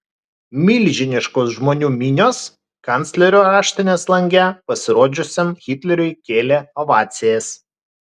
milžiniškos žmonių minios kanclerio raštinės lange pasirodžiusiam hitleriui kėlė ovacijas